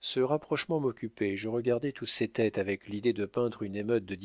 ce rapprochement m'occupait et je regardais toutes ces têtes avec l'idée de peindre une émeute de